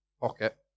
pocket